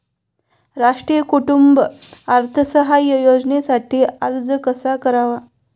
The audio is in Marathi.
राष्ट्रीय कुटुंब अर्थसहाय्य योजनेसाठी अर्ज कसा करावा?